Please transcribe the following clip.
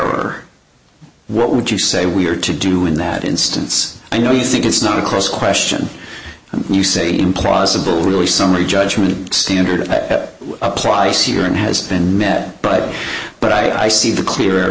error what would you say we are to do in that instance i know you think it's not a cross question and you say implausible really summary judgment standard that applies here and has been met but but i see the clear